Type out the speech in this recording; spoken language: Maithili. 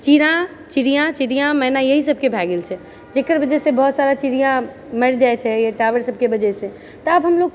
चिड़ा चिड़िया चिड़िया मैना इएह सबके भए गेल छै जेकर वजहसँ बहुत सारा चिड़िया मरि जाइत छै टावर सबके वजहसँ तऽ आब हमलोग